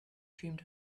dreamed